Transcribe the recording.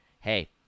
Hey